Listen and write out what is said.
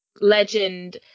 legend